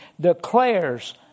declares